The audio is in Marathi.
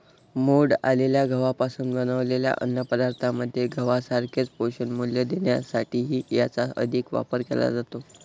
मोड आलेल्या गव्हापासून बनवलेल्या अन्नपदार्थांमध्ये गव्हासारखेच पोषणमूल्य देण्यासाठीही याचा अधिक वापर केला जातो